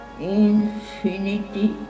infinity